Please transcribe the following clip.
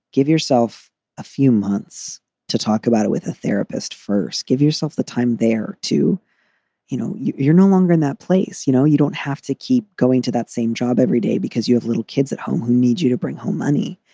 give yourself a few months to talk about it with a therapist. first, give yourself the time there to you know, you're no longer in that place. you know, you don't have to keep going to that same job every day because you have little kids at home who need you to bring home money.